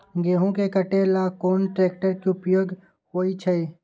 गेंहू के कटे ला कोंन ट्रेक्टर के उपयोग होइ छई?